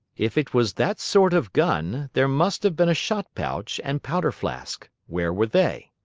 if it was that sort of gun, there must have been a shot-pouch and powder-flask. where were they?